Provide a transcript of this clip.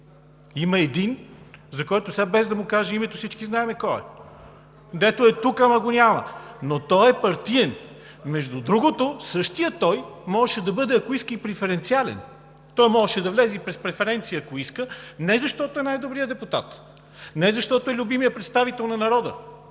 Има един, за който сега, без да му кажа името, всички знаем кой е, дето е тук, но го няма, но той е партиен. Между другото, същият той, можеше, ако иска, да бъде и преференциален, той можеше да влезе и през преференция, ако иска, не защото е най-добрият депутат, не защото е любимият представител на народа,